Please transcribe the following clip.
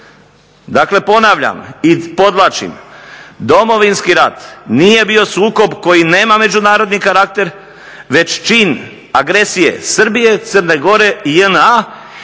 Dakle ponavljam i podvlačim, Domovinski rat nije bio sukob koji nema međunarodni karakter već čini agresije Srbije, Crne Gore i JNA